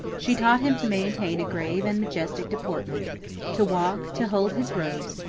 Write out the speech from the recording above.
she taught him to maintain a grave and majestic deportment to walk, to hold his robes,